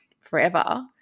forever